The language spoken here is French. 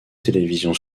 télévision